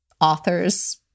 author's